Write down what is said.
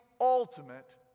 ultimate